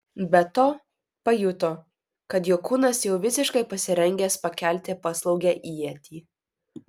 be to pajuto kad jo kūnas jau visiškai pasirengęs pakelti paslaugią ietį